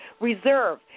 reserve